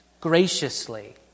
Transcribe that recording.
Graciously